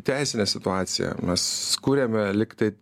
teisinė situacija mes kuriame lygtai